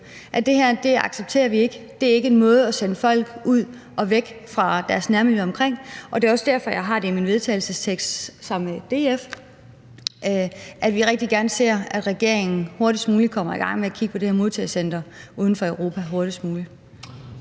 det her accepterer vi ikke. Det er ikke en måde at sende folk ud og væk fra deres nærmiljø på, og det er også derfor, jeg har det med i mit forslag til vedtagelse sammen med DF, nemlig at vi rigtig gerne ser, at regeringen hurtigst muligt kommer i gang med at kigge på det her modtagecenter uden for Europa. Kl.